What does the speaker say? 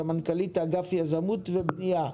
סמנכ"לית אגף יזמות ובנייה,